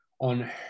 on